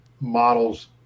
models